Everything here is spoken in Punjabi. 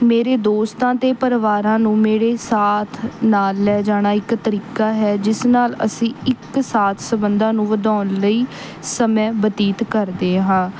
ਮੇਰੇ ਦੋਸਤਾਂ ਅਤੇ ਪਰਿਵਾਰਾਂ ਨੂੰ ਮੇਰੇ ਸਾਥ ਨਾਲ ਲੈ ਜਾਣਾ ਇੱਕ ਤਰੀਕਾ ਹੈ ਜਿਸ ਨਾਲ ਅਸੀਂ ਇੱਕ ਸਾਥ ਸੰਬੰਧਾਂ ਨੂੰ ਵਧਾਉਣ ਲਈ ਸਮੇਂ ਬਤੀਤ ਕਰਦੇ ਹਾਂ